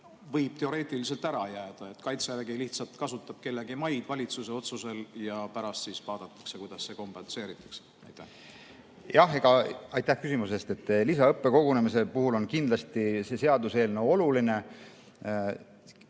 võib teoreetiliselt ära jääda? Kaitsevägi lihtsalt kasutab kellegi maid valitsuse otsusel ja pärast siis vaadatakse, kuidas see kompenseeritakse? Aitäh küsimuse eest! Jah, lisaõppekogunemise puhul on kindlasti see seaduseelnõu oluline.